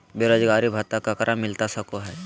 बेरोजगारी भत्ता ककरा मिलता सको है?